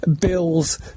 bills